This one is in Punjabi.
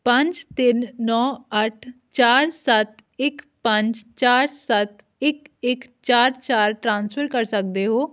ਪੰਜ ਤਿੰਨ ਨੌਂ ਅੱਠ ਚਾਰ ਸੱਤ ਇੱਕ ਪੰਜ ਚਾਰ ਸੱਤ ਇੱਕ ਇੱਕ ਚਾਰ ਚਾਰ ਟ੍ਰਾਂਸਫਰ ਕਰ ਸਕਦੇ ਹੋ